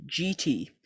GT